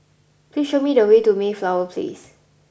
please show me the way to Mayflower Place